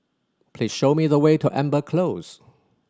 please show me the way to Amber Close